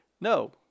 No